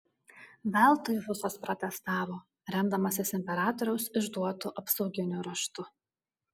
veltui husas protestavo remdamasis imperatoriaus išduotu apsauginiu raštu